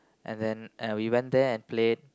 and then uh we went there and played